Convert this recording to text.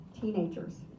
teenagers